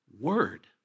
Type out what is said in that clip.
word